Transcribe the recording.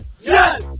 Yes